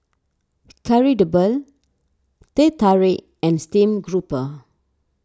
Kari Debal Teh Tarik and Steamed Grouper